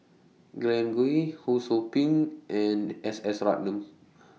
Glen Goei Ho SOU Ping and S S Ratnam